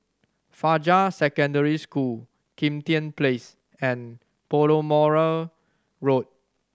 Fajar Secondary School Kim Tian Place and Balmoral Road